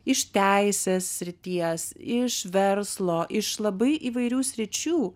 iš teisės srities iš verslo iš labai įvairių sričių